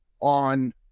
on